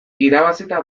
irabazita